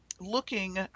looking